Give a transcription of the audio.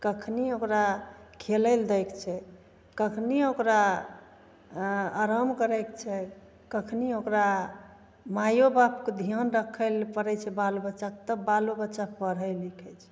कखन ओकरा खेलैले दैके छै कखन ओकरा आराम करैके छै कखन ओकरा माइओ बापके धिआन रखैले पड़ै छै बाल बच्चाके तब बालो बच्चा पढ़ै लिखै छै